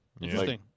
Interesting